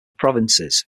provinces